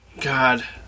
God